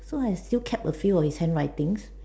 so I still kept a few of his handwritings